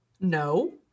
No